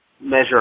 measure